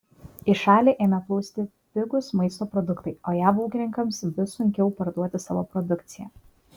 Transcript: į šalį ėmė plūsti pigūs maisto produktai o jav ūkininkams vis sunkiau parduoti savo produkciją